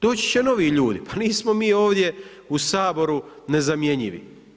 Doći će novi ljudi, pa nismo mi ovdje u Saboru nezamjenjivi.